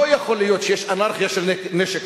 לא יכול להיות שיש אנרכיה של נשק.